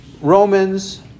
Romans